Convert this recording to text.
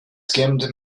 skimmed